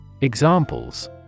Examples